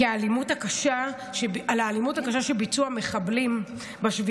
כי על האלימות הקשה שביצעו המחבלים ב-7